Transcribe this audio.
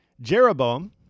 Jeroboam